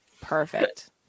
perfect